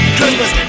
Christmas